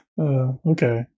Okay